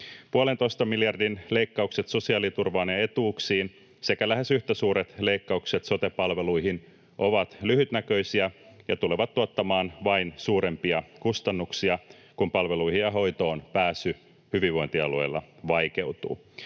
miljardin leikkaukset sosiaaliturvaan ja etuuksiin sekä lähes yhtä suuret leikkaukset sote-palveluihin ovat lyhytnäköisiä ja tulevat tuottamaan vain suurempia kustannuksia, kun palveluihin ja hoitoon pääsy hyvinvointialueilla vaikeutuu.